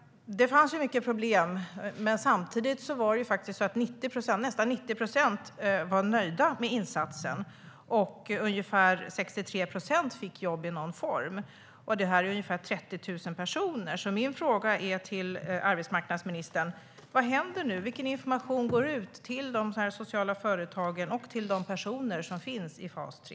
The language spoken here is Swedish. Det fanns mycket problem. Men samtidigt var nästan 90 procent nöjda med insatsen, och ungefär 63 procent fick jobb i någon form. Och de som befinner sig i fas 3 är ungefär 30 000 personer. Min fråga till arbetsmarknadsministern är: Vad händer nu, och vilken information går ut till de sociala företagen och till de personer som finns i fas 3?